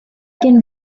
can